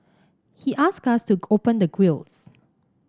he asked us to open the grilles